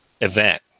event